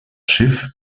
schiff